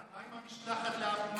מה עם המשלחת לאבו מאזן?